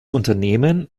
unternehmen